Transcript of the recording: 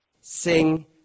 sing